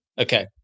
Okay